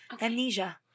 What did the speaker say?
Amnesia